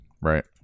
Right